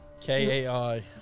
K-A-I-